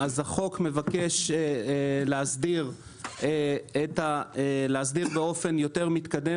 אז החוק מבקש להסדיר באופן יותר מתקדם